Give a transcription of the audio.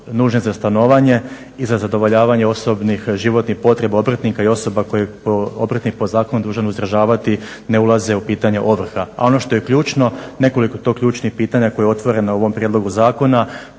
nužne za stanovanje i za zadovoljavanje osobnih životnih potreba obrtnika i osoba koje je obrtnik po zakonu dužan uzdržavati ne ulaze u pitanje ovrha. A ono što je ključno, nekoliko je to ključnih pitanje koje je otvoreno u ovom prijedlogu zakona